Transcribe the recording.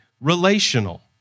relational